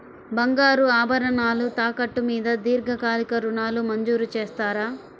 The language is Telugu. బంగారు ఆభరణాలు తాకట్టు మీద దీర్ఘకాలిక ఋణాలు మంజూరు చేస్తారా?